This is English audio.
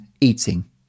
eating